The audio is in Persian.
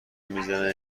میزنه